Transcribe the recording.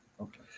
okay